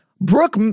Brooke